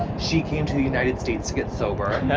she came to the united states to get sober.